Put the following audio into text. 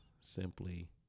simply